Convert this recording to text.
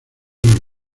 los